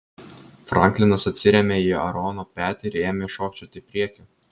franklinas atsirėmė į aarono petį ir ėmė šokčioti į priekį